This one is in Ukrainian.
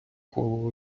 колу